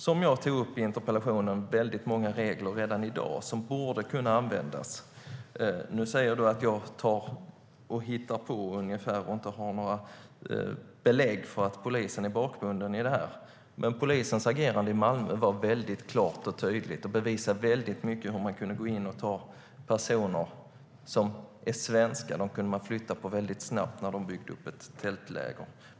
Som jag tog upp i interpellationen har vi redan i dag väldigt många regler som borde kunna tillämpas. Morgan Johansson säger att jag hittar på och inte har några belägg för att polisen är bakbunden, men polisens agerande i Malmö var väldigt klart och tydligt. Det visade hur man väldigt snabbt kunde gå in och flytta på personer som är svenskar när de byggde upp ett tältläger.